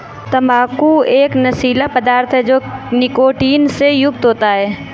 तंबाकू एक नशीला पदार्थ है जो निकोटीन से युक्त होता है